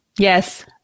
Yes